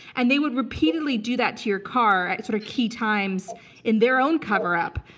and they would repeatedly do that to your car at sort of key times in their own cover up.